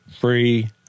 Free